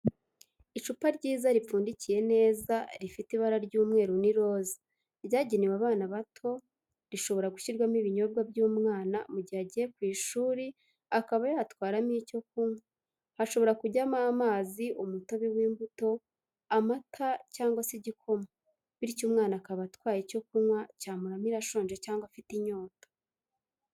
Icupa ryiza ripfundikiye neza rifite ibara ry'umweru n'iroza ryagenewe abana bato rishobora gushyirwamo ibinyobwa by'umwana mu gihe agiye ku ishuri akaba yatwaramo icyo kunywa hashobora kujyamo amazi umutobe w'imbuto, amata cyangwa se igikoma bityo umwana akaba atwaye icyo kunywa cyamuramira ashonje cyangwa afite inyota